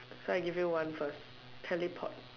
so I give you one first teleport